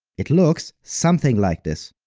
it looks something like this.